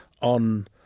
on